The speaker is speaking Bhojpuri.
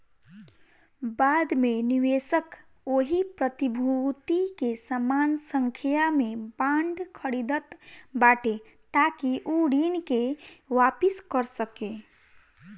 बाद में निवेशक ओही प्रतिभूति के समान संख्या में बांड खरीदत बाटे ताकि उ ऋण के वापिस कर सके